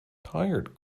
tired